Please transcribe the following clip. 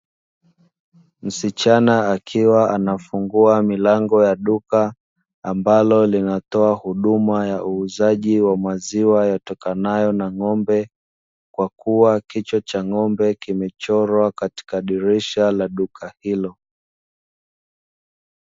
Msichana akiwa anafungua milango ya duka, ambalo linatoa huduma ya uuzaji wa bidhaa za maziwa yatokanayo na ng’ombe, kwa kuwa kichwa cha ng’ombe kimechorwa katika dirisha la duka hilo.